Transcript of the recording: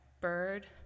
bird